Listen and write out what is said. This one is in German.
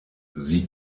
sie